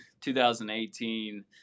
2018